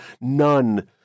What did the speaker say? none